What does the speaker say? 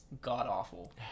god-awful